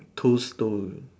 two stone